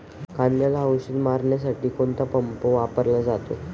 कांद्याला औषध मारण्यासाठी कोणता पंप वापरला जातो?